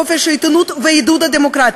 בחופש העיתונות ובעידוד הדמוקרטיה.